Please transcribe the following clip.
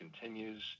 continues